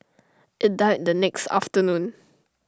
IT died the next afternoon